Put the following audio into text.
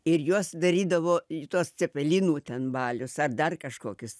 ir juos darydavo į tuos cepelinų ten balius ar dar kažkokius